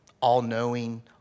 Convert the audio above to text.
all-knowing